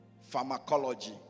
pharmacology